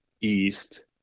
east